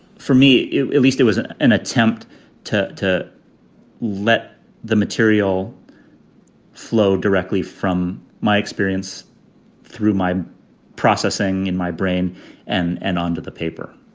for me at least, it wasn't an attempt to. to let the material flow directly from my experience through my processing in my brain and and onto the paper.